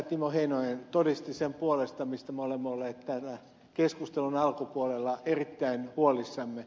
timo heinonen todisti sen puolesta mistä me olemme olleet täällä keskustelun alkupuolella erittäin huolissamme